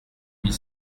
huit